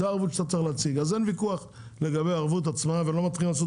למעשה אין ויכוח לגבי הערבות עצמה ולא מתחילים לעשות